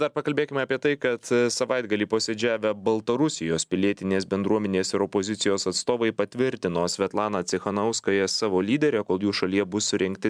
dar pakalbėkime apie tai kad savaitgalį posėdžiavę baltarusijos pilietinės bendruomenės ir opozicijos atstovai patvirtino svetlaną cichanouskąją savo lydere kol jų šalyje bus surengti